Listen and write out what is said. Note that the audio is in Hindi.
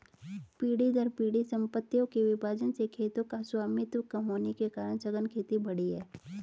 पीढ़ी दर पीढ़ी सम्पत्तियों के विभाजन से खेतों का स्वामित्व कम होने के कारण सघन खेती बढ़ी है